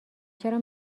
چرا